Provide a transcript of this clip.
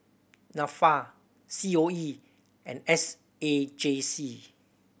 Nafa C O E and S A J C